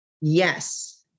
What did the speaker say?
Yes